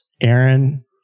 Aaron